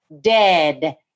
dead